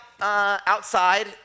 outside